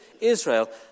Israel